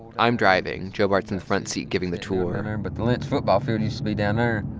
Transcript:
i'm driving. joe bart's in the front seat giving the tour but the lynch football field used to be down um